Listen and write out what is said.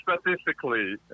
statistically